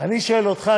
אני שואל אותך,